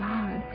God